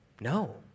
No